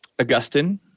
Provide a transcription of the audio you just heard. Augustine